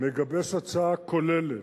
מגבש הצעה כוללת